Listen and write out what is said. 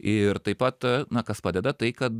ir taip pat na kas padeda tai kad